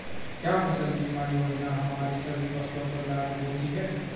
क्या फसल बीमा योजना हमारी सभी फसलों पर लागू होती हैं?